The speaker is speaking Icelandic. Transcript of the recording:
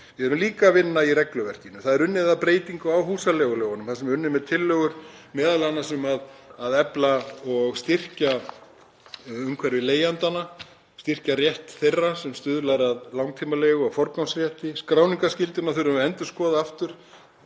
Við erum líka að vinna í regluverkinu. Það er unnið að breytingum á húsaleigulögunum þar sem m.a. er unnið með tillögur um að efla og styrkja umhverfi leigjendanna og styrkja rétt þeirra sem stuðlar að langtímaleigu og forgangsrétti. Skráningarskylduna þurfum við að endurskoða.